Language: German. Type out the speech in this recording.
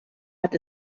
hat